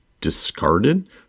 discarded